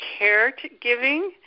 caregiving